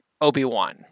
Obi-Wan